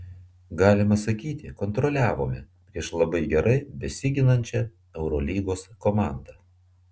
galima sakyti kontroliavome prieš labai gerai besiginančią eurolygos komandą